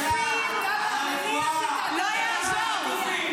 על הרפואה וגם על החטופים.